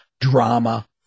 drama